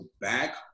back